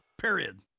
period